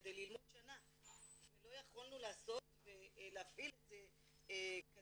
כדי ללמוד שנה ולא יכולנו לעשות ולהפעיל את זה קדימה.